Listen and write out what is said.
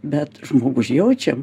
bet žmogų užjaučiam